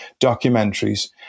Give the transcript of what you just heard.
documentaries